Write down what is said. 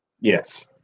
Yes